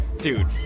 Dude